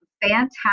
fantastic